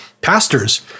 Pastors